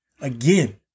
again